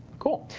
cool.